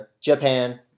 Japan